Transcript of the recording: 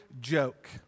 joke